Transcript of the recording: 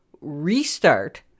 restart